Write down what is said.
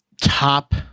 top